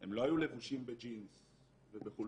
והם לא היו לבושים בג'ינס ובחולצה,